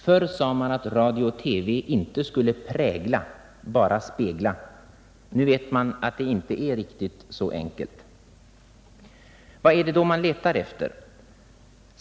Förr sade man att radio och TV inte skulle prägla — bara spegla Nu vet man att det inte är riktigt så enkelt. Vad är det då man letar efter?